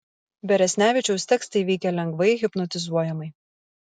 beresnevičiaus tekstai veikia lengvai hipnotizuojamai